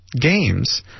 games